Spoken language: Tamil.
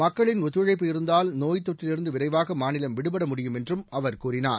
மக்களின் ஒத்துழைப்பு இருந்தால் நோய்த் தொற்றிலிருந்து விரைவாக மாநிலம் விடுபட முடியும் என்றும் அவர் கூறினார்